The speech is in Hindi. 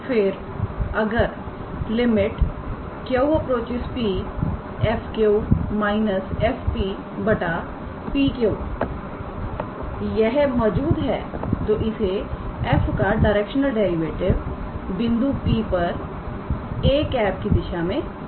फिरअगर lim 𝑄→𝑃 𝑓𝑄−𝑓𝑃 𝑃𝑄 यह मौजूद है तो इसे f का डायरेक्शनल डेरिवेटिव बिंदु P पर 𝑎̂ की दिशा में कहते हैं